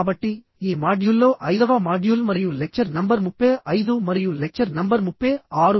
కాబట్టి ఈ మాడ్యూల్లో ఐదవ మాడ్యూల్ మరియు లెక్చర్ నంబర్ 35 మరియు లెక్చర్ నంబర్ 36